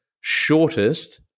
shortest